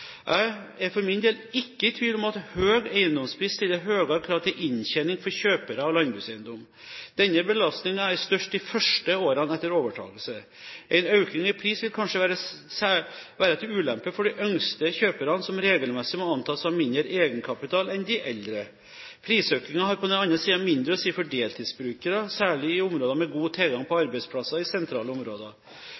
Jeg er for min del ikke i tvil om at en høy eiendomspris stiller høyere krav til inntjening for kjøpere av landbrukseiendom. Denne belastningen er størst de første årene etter overtakelse. En økning i pris vil kanskje særlig være til ulempe for de yngste kjøperne som regelmessig må antas å ha mindre egenkapital enn de eldre. Prisøkningen har på den andre siden mindre å si for deltidsbrukere, særlig i områder med god tilgang på